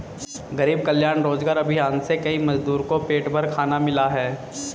गरीब कल्याण रोजगार अभियान से कई मजदूर को पेट भर खाना मिला है